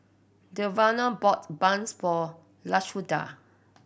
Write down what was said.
Devaughn bought buns for Lashunda